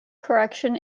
correction